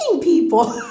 people